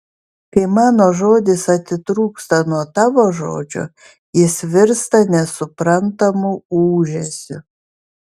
kai mano žodis atitrūksta nuo tavo žodžio jis virsta nesuprantamu ūžesiu